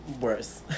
worse